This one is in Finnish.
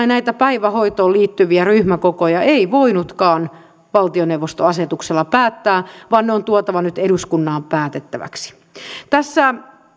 näitä päivähoitoon liittyviä ryhmäkokoja ei voinutkaan valtioneuvostoasetuksella päättää vaan ne on tuotava nyt eduskunnan päätettäväksi tässä